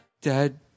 Dad